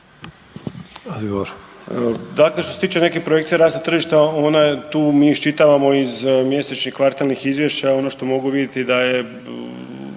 (HNS)** Dakle, što se tiče nekih projekcija rasta tržišta ona je tu mi je iščitavamo iz mjesečnih kvartalnih izvješća. Ono što mogu vidjeti da je